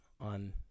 on